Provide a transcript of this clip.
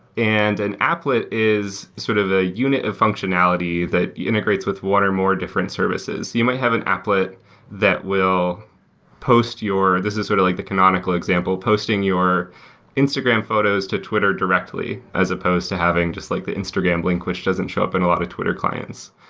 and an applet is sort of a unit of functionality that integrates with one or more different services. you might have an applet that will post your this is sort of like the canonical example, posting your instagram photos to twitter directly as opposed to having just like the instagram link, which doesn't show up in a lot of twitter clients.